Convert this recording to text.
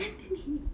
and then he